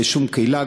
בשום קהילה,